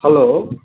hello